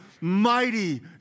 Mighty